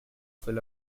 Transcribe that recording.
full